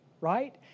Right